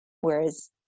whereas